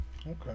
Okay